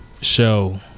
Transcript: show